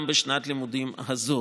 גם בשנת הלימודים הזאת.